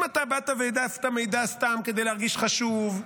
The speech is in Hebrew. אם באת והעדפת מידע סתם כדי להרגיש חשוב,